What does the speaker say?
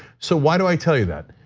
so why do i tell you that?